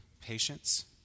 patience